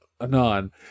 anon